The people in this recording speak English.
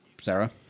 Sarah